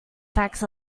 facts